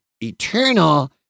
eternal